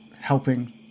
helping